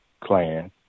clan